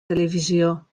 televisió